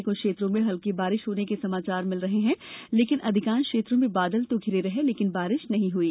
राज्य के कुछ क्षेत्रों में हल्की बारिश होने के समाचार मिलते रहे हैं लेकिन अधिकांश क्षेत्रों में बादल तो घिरे रहे लेकिन बारिश नहीं हई